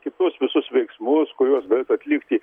kitus visus veiksmus kuriuos galės atlikti